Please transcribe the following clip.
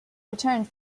returned